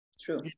True